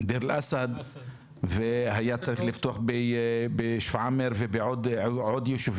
אל אסד והיה צריך לפתוח בעוד ישובים.